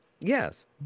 Yes